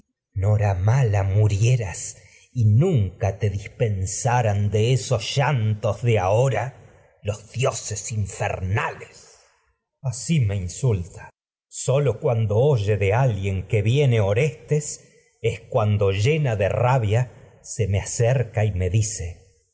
noramala murieras y nunca tos te dispensaran de esos llan de ahora los dioses infernales asi me insulta sólo cuando llena oye de alguien me que viene orestes y es cuando de rabia se acerca me dice